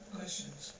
questions